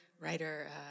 writer